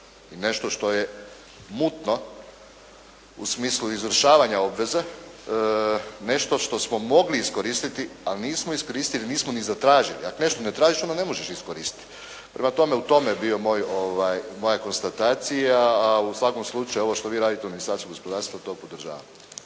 nešto što je mutno u smislu izvršavanja obveze, nešto što smo mogli iskoristiti, a nismo iskoristili, a nismo ni zatražili, ako nešto ne tražiš, onda ne možeš iskoristiti. Prema tome, u tome je bio moja konstatacija, a u svakom slučaju ovo što vi radite u Ministarstvu gospodarstva, to podržavam.